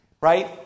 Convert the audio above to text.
right